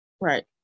Right